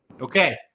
Okay